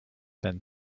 than